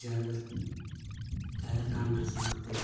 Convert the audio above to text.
ᱡᱟᱦᱮᱨ ᱡᱟᱦᱮᱨᱛᱷᱟᱱ ᱨᱮ ᱥᱮᱱ ᱠᱟᱛᱮᱫ